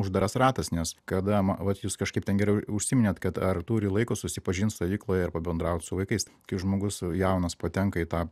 uždaras ratas nes kada ma vat jūs kažkaip ten gerai užsiminėt kad ar turi laiko susipažint stovykloje ir pabendraut su vaikais kai žmogus jaunas patenka į tą